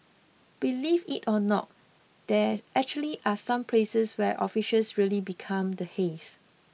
believe it or not there actually are some places where officials really become the haze